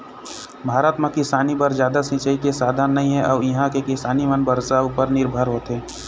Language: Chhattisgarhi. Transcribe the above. भारत म किसानी बर जादा सिंचई के साधन नइ हे अउ इहां के किसान मन बरसा उपर निरभर होथे